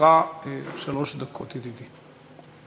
לרשותך שלוש דקות, ידידי.